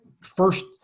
first